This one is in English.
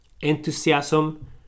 enthusiasm